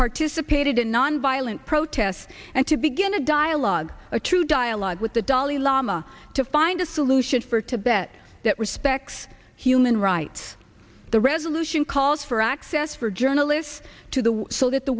participated in nonviolent protests and to begin a dialogue a true dialogue with the dalai lama to find a solution for tibet that respects human rights the resolution calls for access for journalists to the so that the